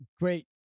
great